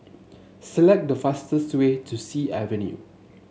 select the fastest way to Sea Avenue